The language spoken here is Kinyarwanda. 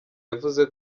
yavuze